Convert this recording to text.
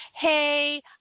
hey